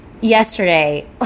yesterday